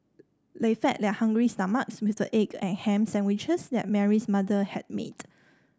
they fed their hungry stomachs with the egg and ham sandwiches that Mary's mother had made